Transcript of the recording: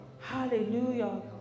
Hallelujah